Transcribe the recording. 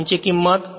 ઊંચી કિમત